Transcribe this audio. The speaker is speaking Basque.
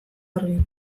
argi